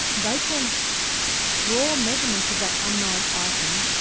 they can draw measurements of that unknown item,